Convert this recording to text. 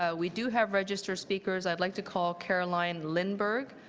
ah we do have registered speakers. i'd like to call caroline lundborg,